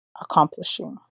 accomplishing